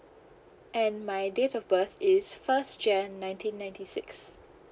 and my date of birth is first jan nineteen ninety six